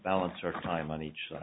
balance our time on each side